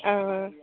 ஆ ஆ